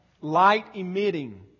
light-emitting